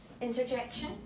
interjection